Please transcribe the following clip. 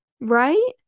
Right